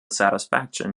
satisfaction